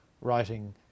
writing